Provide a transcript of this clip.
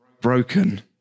broken